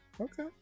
Okay